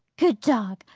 good dog!